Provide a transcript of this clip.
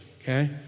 okay